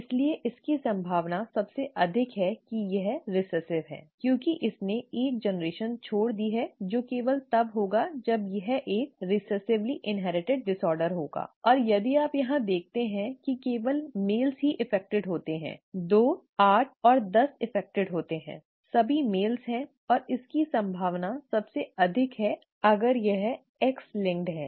इसलिए इसकी संभावना सबसे अधिक है की यह रिसेसिव है ठीक क्योंकि इसने एक पीढ़ी छोड़ दी है जो केवल तब होगा जब यह एक रिसेसिवली इन्हेरिटिड डिसऑर्डर है और यदि आप यहां देखते हैं कि केवल पुरुष ही प्रभावित होते हैं 2 8 और 10 प्रभावित होते हैं सभी पुरुष हैं और इसकी संभावना सबसे अधिक है अगर यह X linked है ठीक है